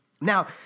Now